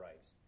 rights